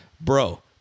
bro